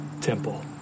temple